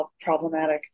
problematic